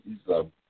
Islam